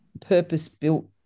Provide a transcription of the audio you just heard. purpose-built